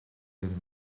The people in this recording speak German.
den